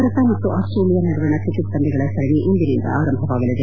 ಭಾರತ ಮತ್ತು ಆಸ್ಸೇಲಿಯಾ ನಡುವಣ ಕ್ರಿಕೆಟ್ ಪಂದ್ಲಗಳ ಸರಣಿ ಇಂದಿನಿಂದ ಆರಂಭವಾಗಲಿದೆ